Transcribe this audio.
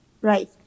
Right